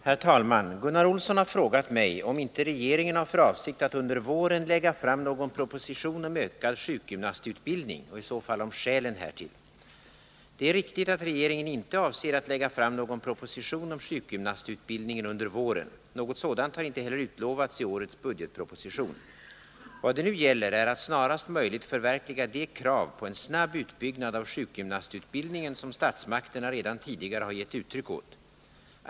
Herr talman! Gunnar Olsson har frågat mig om inte regeringen har för avsikt att under våren lägga fram någon proposition om ökad sjukgymnastutbildning och i så fall om skälen härtill. Det är riktigt att regeringen inte avser att lägga fram någon proposition om sjukgymnastutbildningen under våren. Något sådant har inte heller utlovats i årets budgetproposition. Vad det nu gäller är att snarast möjligt förverkliga de krav på en snabb utbyggnad av sjukgymnastutbildningen som statsmakterna redan tidigare har gett uttryck åt.